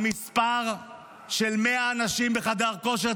המספר של 100 אנשים בחדר כושר,